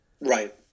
Right